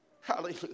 Hallelujah